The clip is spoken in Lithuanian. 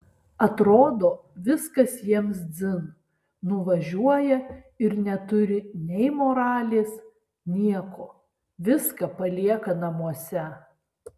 atrodo viskas jiems dzin nuvažiuoja ir neturi nei moralės nieko viską palieka namuose